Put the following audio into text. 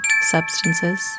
substances